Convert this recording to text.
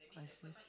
I see